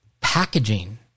packaging